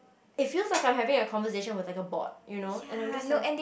it feels like I'm having a conversation with like a bot you know and I'm just like